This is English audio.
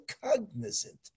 cognizant